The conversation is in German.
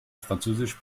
französisch